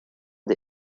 des